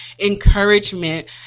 encouragement